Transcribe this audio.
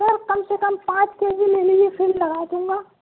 سر کم سے کم پانچ کے جی لے لیجیے پھر لگا دوں گا